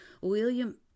William